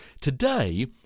Today